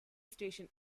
station